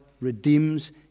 redeems